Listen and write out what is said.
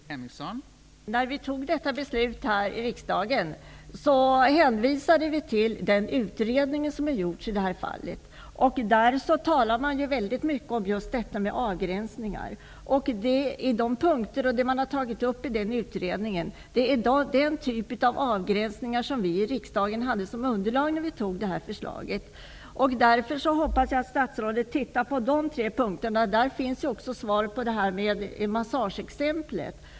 Fru talman! När vi fattade detta beslut i riksdagen hänvisade vi till den utredning som hade gjorts. I utredningen talas mycket om avgränsningar. Utredningen har tagit upp den typ av avgränsningar som riksdagen hade som underlag vid beslutet. Därför hoppas jag att statsrådet tittar på dessa tre punkter. Där finns också svaret på massageexemplet.